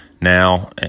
now